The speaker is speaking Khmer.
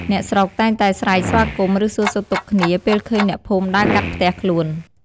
អ្នកស្រុកតែងតែស្រែកស្វាគមន៍ ឬសួរសុខទុក្ខគ្នា ពេលឃើញអ្នកភូមិដើរកាត់ផ្ទះខ្លួន។